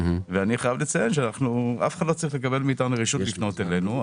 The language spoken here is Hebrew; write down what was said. אני חייב לציין שאף אחד לא צריך לקבל מאתנו רשות לפנות אלינו.